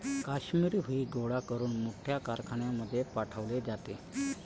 काश्मिरी हुई गोळा करून मोठ्या कारखान्यांमध्ये पाठवले जाते